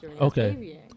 Okay